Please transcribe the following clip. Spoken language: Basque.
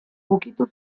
ukitu